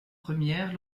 première